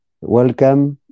welcome